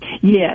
Yes